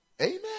Amen